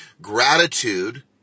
Gratitude